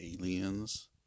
aliens